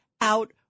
out